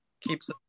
keeps